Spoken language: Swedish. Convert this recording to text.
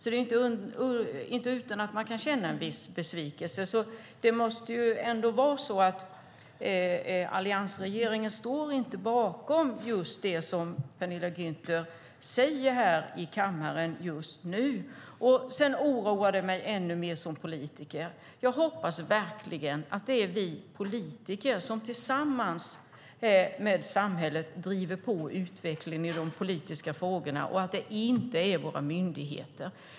Det är alltså inte utan att man kan känna en viss besvikelse, och det måste ändå vara så att alliansregeringen inte står bakom just det som Penilla Gunther säger här i kammaren just nu. Sedan är det en sak som oroar mig som politiker. Jag hoppas verkligen att det är vi politiker som tillsammans med samhället driver på utvecklingen i de politiska frågorna och inte våra myndigheter.